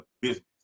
business